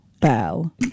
bell